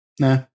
Nah